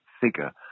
figure